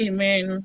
Amen